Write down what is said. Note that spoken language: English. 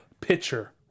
pitcher